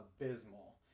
abysmal